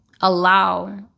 allow